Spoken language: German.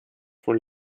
von